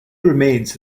remains